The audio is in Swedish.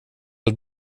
att